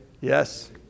Yes